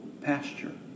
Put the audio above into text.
pasture